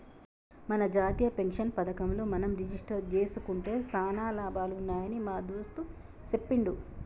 మన జాతీయ పెన్షన్ పథకంలో మనం రిజిస్టరు జేసుకుంటే సానా లాభాలు ఉన్నాయని మా దోస్త్ సెప్పిండు